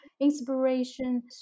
inspiration